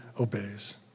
obeys